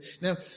Now